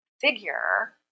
figure